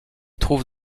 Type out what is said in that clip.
trouve